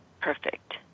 perfect